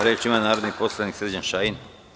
Reč ima narodni poslanik Srđan Šajn.